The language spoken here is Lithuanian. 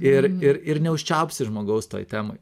ir ir ir neužčiaupsi žmogaus toj temoj